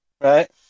right